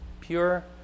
Pure